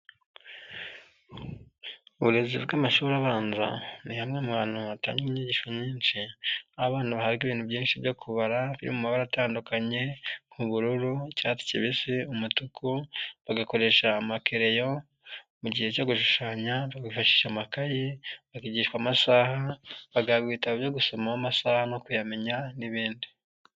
Uburezi bw'amashuri abanza, ni hamwe mu hantu hatangirwa inyigisho nyinshi, abana bahabwa ibintu byinshi byo kubara, biri mu mabara atandukanye nk'ubururu, icyatsi kibisi, umutuku, bagakoresha amakereyo mu gihe cyo gushushanya, bikifashisha amakayi, bakigishwa amasaha, bagahabwa ibitabo byo gusomamo amasaha no kuyamenya n'ibindi.